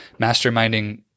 masterminding